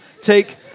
Take